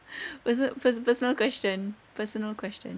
perso~ per~ personal question personal question